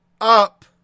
up